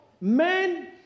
men